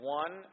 one